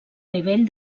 nivell